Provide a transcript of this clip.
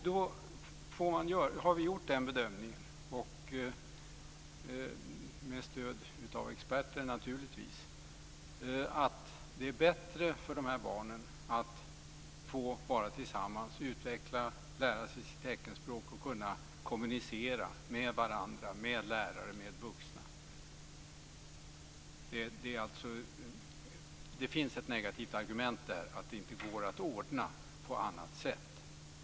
Vi har gjort bedömningen, naturligtvis med stöd av experter, att det är bättre för barnen att få vara tillsammans, utvecklas, lära sig teckenspråk och kommunicera med varandra, lärare och vuxna. Det finns ett negativt argument, nämligen att det inte går att ordna på annat sätt.